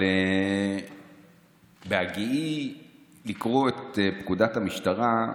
אבל בהגיעי לקרוא את פקודת המשטרה,